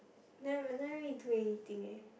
never I never really do anything eh